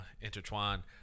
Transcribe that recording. intertwined